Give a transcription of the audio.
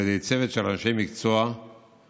על ידי צוות של אנשי מקצוע מעורבים,